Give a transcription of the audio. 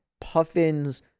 Puffin's